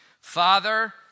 Father